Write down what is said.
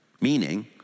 Meaning